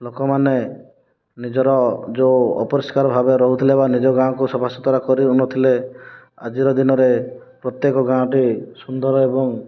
ଲୋକମାନେ ନିଜର ଯେଉଁ ଅପରିଷ୍କାର ଭାବେ ରହୁଥିଲେ ବା ନିଜ ଗାଁକୁ ସଫା ସୁତୁରା କରି ରହୁନଥିଲେ ଆଜିର ଦିନରେ ପ୍ରତ୍ୟେକ ଗାଁଟି ସୁନ୍ଦର ଏବଂ